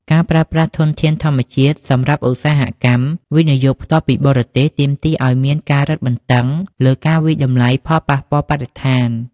ការប្រើប្រាស់ធនធានធម្មជាតិសម្រាប់ឧស្សាហកម្ម វិនិយោគផ្ទាល់ពីបរទេស ទាមទារឱ្យមានការរឹតបន្តឹងលើការវាយតម្លៃផលប៉ះពាល់បរិស្ថាន។